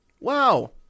Wow